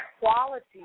quality